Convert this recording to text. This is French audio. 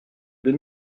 deux